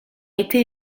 été